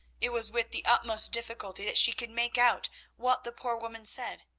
it was with the utmost difficulty that she could make out what the poor woman said,